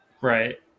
Right